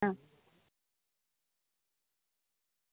હા